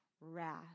wrath